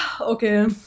Okay